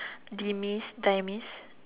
demise demise